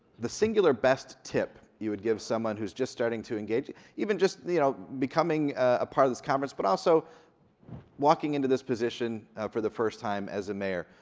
the singular best tip you would give someone who's just starting to engage, even just you know becoming a part of this conference, but also walking into this position for the first time as a mayor.